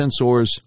sensors